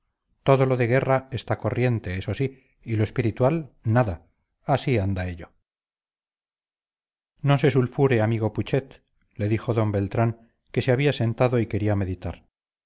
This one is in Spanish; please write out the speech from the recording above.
todo lo de guerra está corriente eso sí y lo espiritual nada así anda ello no se sulfure amigo putxet le dijo d beltrán que se había sentado y quería meditar